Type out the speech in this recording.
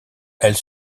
elle